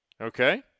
Okay